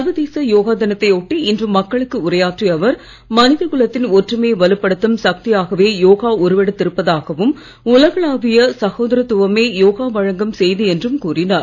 சர்வதேச யோகா தினத்தை ஒட்டி இன்று மக்களுக்கு உரையாற்றிய அவர் மனித குலத்தின் ஒற்றுமையை வலுப்படுத்தும் சக்தியாகவே யோகா உருவெடுத்து இருப்பதாகவும் உலகளாவிய சகோதரத்துவமே யோகா வழங்கும் செய்தி என்றும் கூறினார்